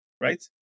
Right